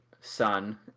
son